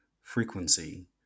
frequency